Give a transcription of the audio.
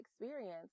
experience